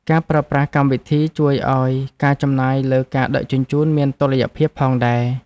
ការប្រើប្រាស់កម្មវិធីក៏ជួយឱ្យការចំណាយលើការដឹកជញ្ជូនមានតុល្យភាពផងដែរ។